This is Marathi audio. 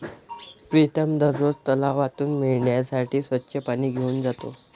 प्रीतम दररोज तलावातून मेंढ्यांसाठी स्वच्छ पाणी घेऊन जातो